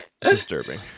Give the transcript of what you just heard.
disturbing